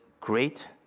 great